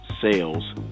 Sales